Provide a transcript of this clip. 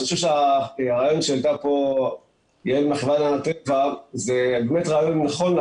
הרעיון שהעלתה פה יעל מהחברה להגנת הטבע זה באמת רעיון נכון.